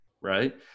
right